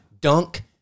dunk